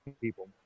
people